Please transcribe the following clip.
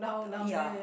ya